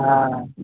हँ इएह